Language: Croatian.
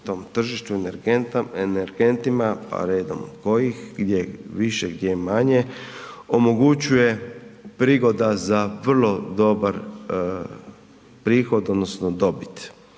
na tom tržištu energentima, pa redom kojih gdje više, gdje manje omogućuje prigoda za vrlo dobra prihod odnosno dobit.